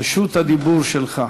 רשות הדיבור שלך.